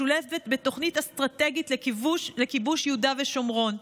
משולבת בתוכנית אסטרטגיית לכיבוש יהודה ושומרון,